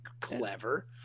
clever